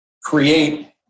create